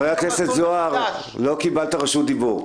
חבר הכנסת זוהר, לא קיבלת רשות דיבור.